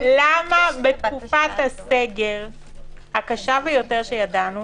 למה בתקופת הסגר הקשה ביותר שידענו